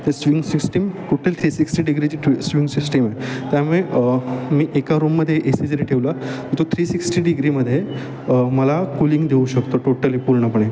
ते swing system total three sixty डिग्रीची two swing सिस्टिमए त्यामुळे मी एका रूममध्ये एसी जरी ठेवला तो थ्री सिक्स्टी डिग्रीमध्ये मला कूलिंग देऊ शकतो टोटली पूर्णपणे